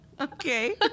Okay